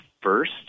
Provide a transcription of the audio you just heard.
first